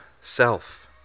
self